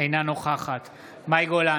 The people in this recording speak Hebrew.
אינה נוכחת מאי גולן,